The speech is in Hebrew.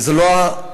וזה לא נכון.